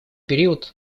период